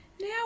Now